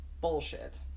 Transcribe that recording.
bullshit